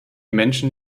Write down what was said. menschen